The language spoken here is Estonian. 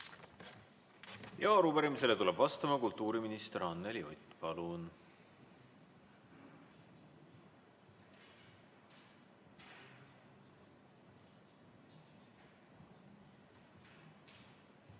Arupärimisele tuleb vastama kultuuriminister Anneli Ott. Palun!